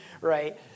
Right